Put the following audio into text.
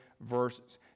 verses